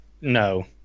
No